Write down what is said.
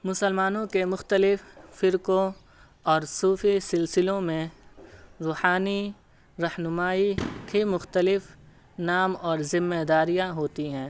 مسلمانوں کے مختلف فرقوں اور صوفی سلسلوں میں روحانی رہنمائی کی مختلف نام ذمہ داریاں ہوتی ہیں